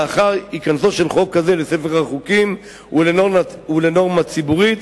לאחר היכנסו של חוק כזה לספר החוקים ולנורמה ציבורית,